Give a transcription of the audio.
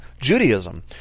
Judaism